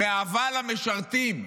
מאהבה למשרתים.